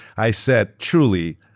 i said truly,